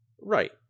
Right